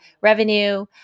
revenue